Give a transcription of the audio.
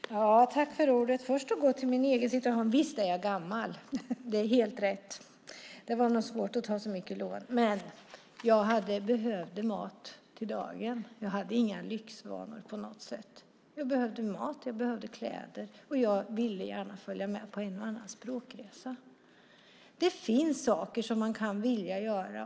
Herr talman! Jag ska först gå till frågan om vad jag hade gjort i min egen situation. Visst är jag gammal. Det är helt rätt. Det var nog svårt att ta så mycket lån. Men jag behövde mat för dagen. Jag hade inte några lyxvanor på något sätt. Jag behövde mat och kläder, och jag ville gärna följa med på en och annan språkresa. Det finns saker som man kan vilja göra.